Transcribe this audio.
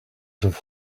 have